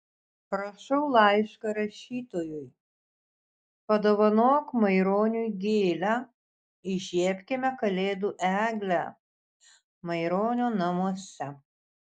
rašau laišką rašytojui padovanok maironiui gėlę įžiebkime kalėdų eglę maironio namuose